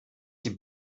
die